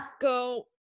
go